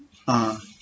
ah